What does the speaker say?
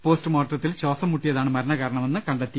പോസ്റ്റുമോർട്ടത്തിൽ ശാസം മുട്ടിയതാണ് മരണകാരണമെന്ന് കണ്ടെത്തി